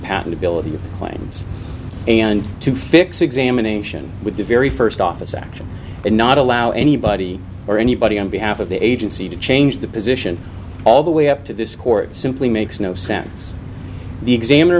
patentability of claims and to fix examination with the very first office action and not allow anybody or anybody on behalf of the agency to change the position all the way up to this court simply makes no sense the examiner